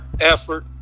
effort